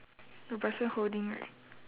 the person holding right